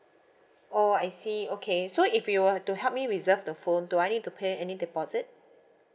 oh I see okay so if you were to help me reserve the phone do I need to pay any deposit